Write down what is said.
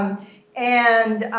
and